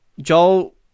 Joel